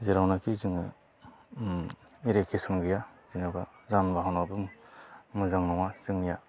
जेरावनाखि जोङो इरिगेसन गैया जेनेबा जागोन होनना बुङो मोजां नङा जोंनिया